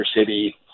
city